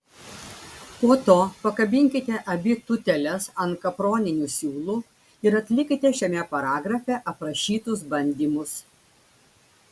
po to pakabinkite abi tūteles ant kaproninių siūlų ir atlikite šiame paragrafe aprašytus bandymus